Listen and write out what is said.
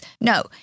No